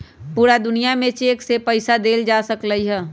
पूरा दुनिया में चेक से पईसा देल जा सकलई ह